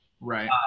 Right